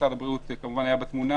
משרד הבריאות היה בתמונה,